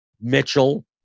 Mitchell